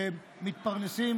שמתפרנסים